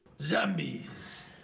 Zombies